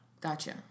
Gotcha